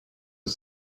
aux